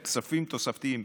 דרך כספים תוספתיים,